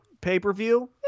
pay-per-view